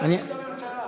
הצלתי את הממשלה.